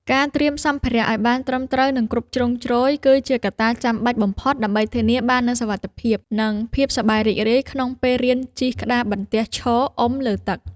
ការត្រៀមសម្ភារៈឱ្យបានត្រឹមត្រូវ និងគ្រប់ជ្រុងជ្រោយ គឺជាកត្តាចាំបាច់បំផុតដើម្បីធានាបាននូវសុវត្ថិភាព និងភាពសប្បាយរីករាយក្នុងពេលរៀនជិះក្តារបន្ទះឈរអុំលើទឹក។